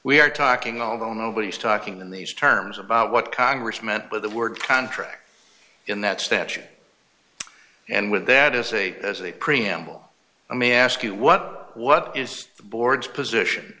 we are talking although nobody's talking in these terms about what congress meant with the word contract in that statute and with that as a as a preamble let me ask you what what is the board's position